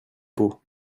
pots